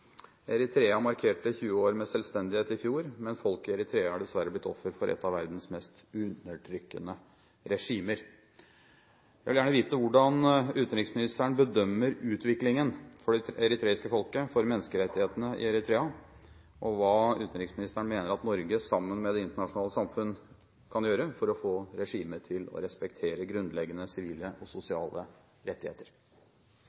Eritrea markerte 20 år med selvstendighet i fjor, men folket i Eritrea har dessverre blitt offer for et av verdens mest undertrykkende regimer. Jeg vil gjerne vite hvordan utenriksministeren bedømmer utviklingen for det eritreiske folket og for menneskerettighetene i Eritrea, og hva utenriksministeren mener at Norge sammen med det internasjonale samfunn kan gjøre for å få regimet til å respektere grunnleggende sivile og